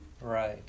Right